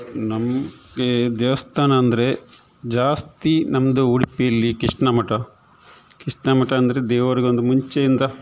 ನಮಗೆ ದೇವಸ್ಥಾನ ಅಂದರೆ ಜಾಸ್ತಿ ನಮ್ಮದು ಉಡುಪಿಯಲ್ಲಿ ಕೃಷ್ಣ ಮಠ ಕೃಷ್ಣ ಮಠ ಅಂದರೆ ದೇವರಿಗೊಂದು ಮುಂಚೆಯಿಂದ